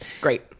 Great